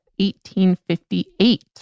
1858